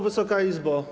Wysoka Izbo!